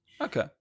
Okay